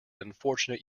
unfortunate